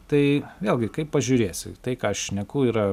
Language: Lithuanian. tai vėlgi kaip pažiūrėsi tai ką aš šneku yra